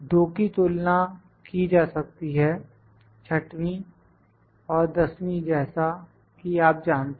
दो की तुलना की जा सकती है 6वीं और 10वीं जैसा कि आप जानते हैं